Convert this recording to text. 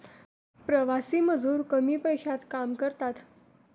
प्रवासी मजूर कमी पैशात काम करतात